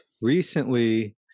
recently